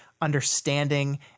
understanding